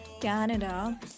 Canada